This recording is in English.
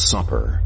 Supper